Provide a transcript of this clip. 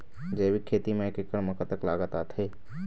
जैविक खेती म एक एकड़ म कतक लागत आथे?